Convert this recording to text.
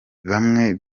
bamwe